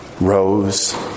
rose